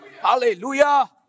Hallelujah